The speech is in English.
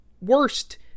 worst